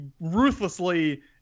ruthlessly